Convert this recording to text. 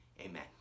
amen